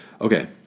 Okay